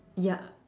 ya